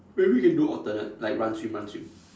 maybe we can do alternate like run swim run swim